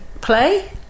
play